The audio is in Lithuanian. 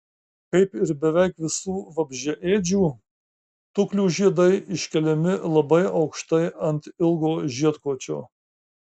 kaip ir beveik visų vabzdžiaėdžių tuklių žiedai iškeliami labai aukštai ant ilgo žiedkočio